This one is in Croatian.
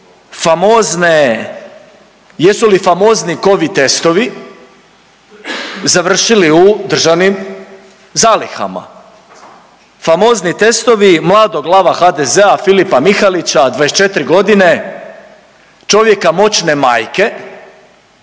famozne, jesu li famozni covid testovi završili u državnim zalihama. Famozni testovi mladog lava HDZ-a Filipa Mihalića 24 godine, čovjeka moćne majke,